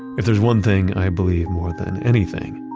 if there's one thing i believe more than anything,